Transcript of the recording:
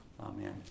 Amen